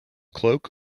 cloak